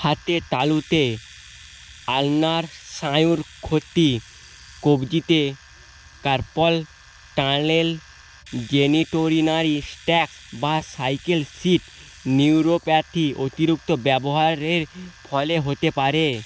হাতের তালুতে আলনার স্নায়ুর ক্ষতি কব্জিতে কার্পেল টানেল জেনিটোরিনারি স্ট্যাক্স বা সাইকেল সিট নিউরোপ্যাথি অতিরিক্ত ব্যবহারের ফলে হতে পারে